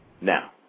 Now